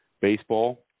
baseball